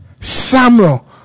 Samuel